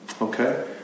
okay